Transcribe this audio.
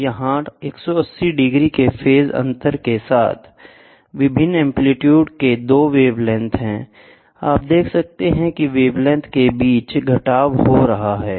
तो यहाँ 180 डिग्री के फेज अंतर के साथ विभिन्न एंप्लीट्यूड के 2 वेवलेंथ हैं आप देख सकते हैं कि वेवलेंथ के बीच घटाव हो रहा है